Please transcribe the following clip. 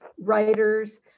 writers